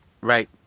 Right